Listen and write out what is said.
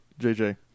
JJ